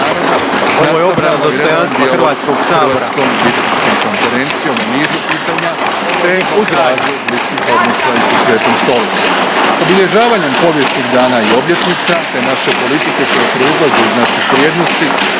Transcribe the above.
nastavljamo i redovan dijalog s Hrvatskom biskupskom konferencijom o nizu pitanja te uz razvoj bliskih odnosa i sa Svetom Stolicom. Obilježavanjem povijesnih dana i obljetnica te naše politike koje proizlaze iz naših vrijednosti,